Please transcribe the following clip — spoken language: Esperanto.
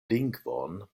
lingvon